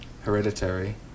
Hereditary